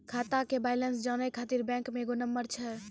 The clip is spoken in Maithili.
खाता के बैलेंस जानै ख़ातिर बैंक मे एगो नंबर छै?